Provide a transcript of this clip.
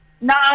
Nine